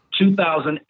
2008